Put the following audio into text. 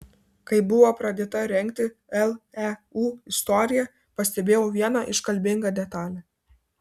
kai buvo pradėta rengti leu istorija pastebėjau vieną iškalbingą detalę